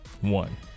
One